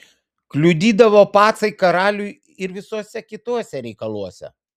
kliudydavo pacai karaliui ir visuose kituose reikaluose